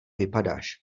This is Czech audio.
vypadáš